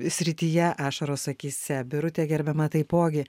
srityje ašaros akyse birutė gerbiama taipogi